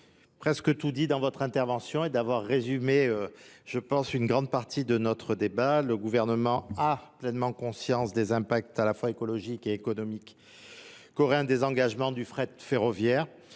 presque tout dit dans votre intervention et d'avoir résumé je pense une grande partie de notre débat. Le gouvernement a pleinement conscience des impacts à la fois écologiques et économiques. qu'aurait un désengagement du fret ferroviaire.